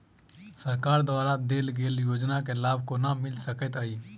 सरकार द्वारा देल गेल योजना केँ लाभ केना मिल सकेंत अई?